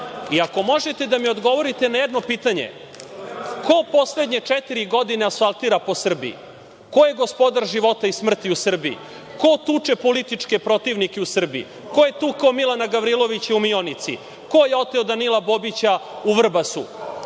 možete da mi odgovorite na jedno pitanje. Ko poslednje četiri godine asfaltira po Srbiji? Ko je gospodar života i smrti u Srbiji? Ko tuče političke protivnike u Srbiji? Ko je tukao Milana Gavrilovića u Mionici? Ko je oteo Danila Bobića u Vrbasu?